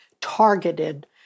targeted